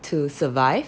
to survive